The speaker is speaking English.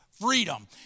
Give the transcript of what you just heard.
freedom